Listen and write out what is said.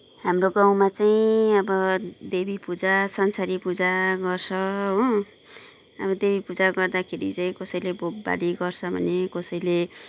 हाम्रो गाउँमा चाहिँ अब देवीपुजा संसारी पुजा गर्छ हो अब देवी पुजा गर्दाखेरि चाहिँ कसैले भोग बली गर्छ भने कसैले